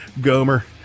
Gomer